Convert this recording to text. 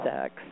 sex